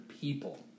people